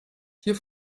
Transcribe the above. hier